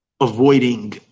avoiding